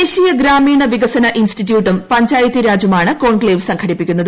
ദേശീയ ഗ്രാമീണ വികസന ഇൻസ്റ്റിറ്റ്യൂട്ടും പഞ്ചായത്തി രാജുമാണ് കോൺക്ലേവ് സംഘടിപ്പിക്കുന്നത്